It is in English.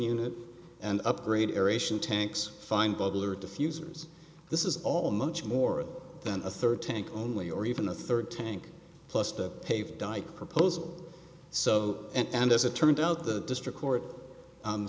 unit and upgrade tanks fine bubbler diffusers this is all much more than a third tank only or even a third tank plus the pave dike proposal so and as it turned out the district court